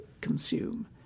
consume